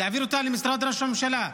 יעביר אותה למשרד ראש הממשלה.